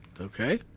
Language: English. Okay